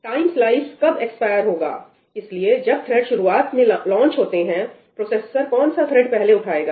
time slice कब expire होगा इसलिए जब थ्रेड शुरुआत में लॉन्च होते हैं प्रोसेसर कौन सा थ्रेड पहले उठाएगा